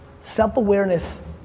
Self-awareness